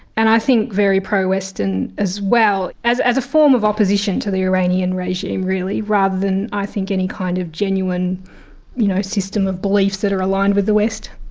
and i think very pro-western as well, as as a form of opposition to the iranian regime really, rather than i think any kind of genuine you know system of beliefs that are aligned with the west.